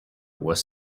was